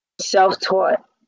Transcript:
self-taught